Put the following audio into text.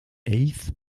eighth